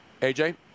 AJ